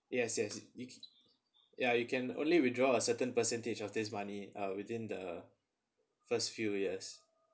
yes yes you ya you can only withdraw a certain percentage of this money uh within the first few years